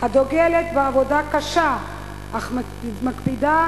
הדוגלת בעבודה קשה אך מקפידה